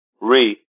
Re